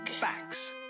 facts